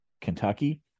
Kentucky